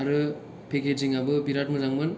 आरो पेकेजिङाबो बिराथ मोजांमोन